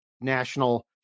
national